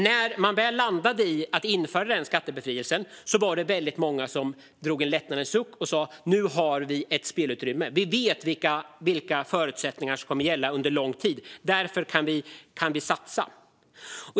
När man väl landade i att införa skattebefrielsen var det många som drog en lättnadens suck och sa att det nu finns ett spelutrymme; de vet vilka förutsättningar som kommer att gälla under lång tid, och därför kan de satsa.